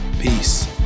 Peace